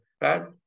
right